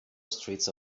streets